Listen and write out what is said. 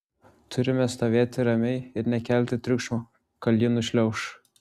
turime stovėti ramiai ir nekelti triukšmo kol ji nušliauš